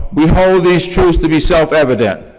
behold these truths to be self-evident,